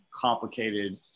complicated